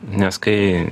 nes kai